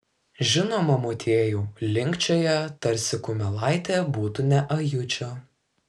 žinoma motiejau linkčioja tarsi kumelaitė būtų ne ajučio